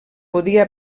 podia